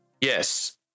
Yes